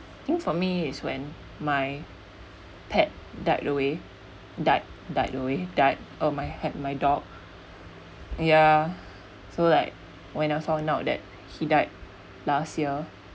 think for me is when my pet died away died died away died oh when I had my dog ya so like when I found out that he died last year